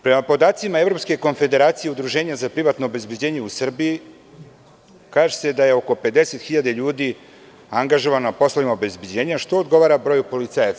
Prema podacima Evropske konfederacije Udruženja za privatno obezbeđenje u Srbiji kaže se da je oko 50.000 ljudi angažovano na poslovima obezbeđenja, što odgovara broju policajaca.